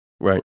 right